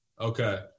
Okay